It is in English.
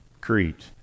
Crete